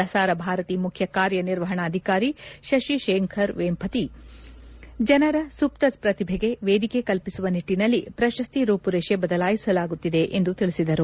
ಪ್ರಸಾರ ಭಾರತಿ ಮುಖ್ಯ ಕಾರ್ಯನಿರ್ವಹಣಾಧಿಕಾರಿ ಶಶಿ ಶೇಖರ್ ವೆಂಪತಿ ಜನರ ಸುಪ್ತ ಪ್ರತಿಭೆಗೆ ವೇದಿಕೆ ಕಲ್ಪಿಸುವ ನಿಟ್ಟಿನಲ್ಲಿ ಪ್ರಶಸ್ತಿ ರೂಮರೇಶೆ ಬದಲಾಯಿಸಲಾಗುತ್ತಿದೆ ಎಂದು ತಿಳಿಸಿದರು